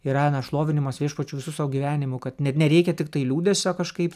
yra na šlovinimas viešpačio visu savo gyvenimu kad ne nereikia tiktai liūdesio kažkaip